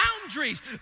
boundaries